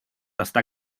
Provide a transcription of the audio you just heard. estar